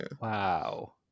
Wow